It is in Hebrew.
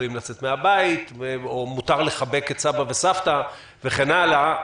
יכולים לצאת מהבית או מותר לחבק את סבא וסבתא וכן הלאה.